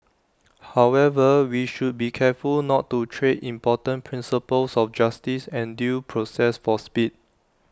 however we should be careful not to trade important principles of justice and due process for speed